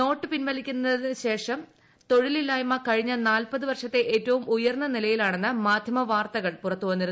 not പിൻവലിക്കലിനു ശേഷം തൊഴിലില്ലായ്മ നാൽപ്പതു വർഷത്തെ ഏറ്റവും ഉയർന്ന നിലയിലാണെന്ന മാധ്യമവാർത്തകൾ വന്നു